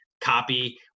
copy